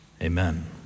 Amen